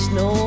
no